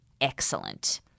excellent